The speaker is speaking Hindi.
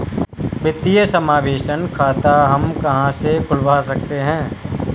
वित्तीय समावेशन खाता हम कहां से खुलवा सकते हैं?